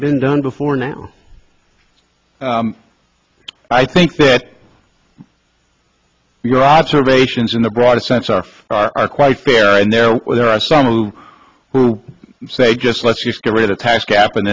been done before now i think that your observations in the broadest sense are quite fair and there are there are some who say just let's just get rid of tax cap and